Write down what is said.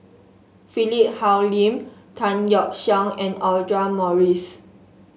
Philip Hoalim Tan Yeok Seong and Audra Morrice